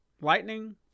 lightning